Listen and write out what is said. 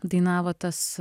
dainavo tas